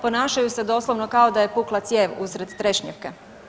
Ponašaju se doslovno kao da je pukla cijev usred Trešnjevke.